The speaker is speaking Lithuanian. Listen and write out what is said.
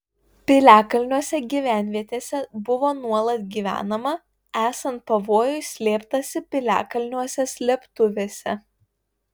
piliakalniuose gyvenvietėse buvo nuolat gyvenama esant pavojui slėptasi piliakalniuose slėptuvėse